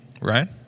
Right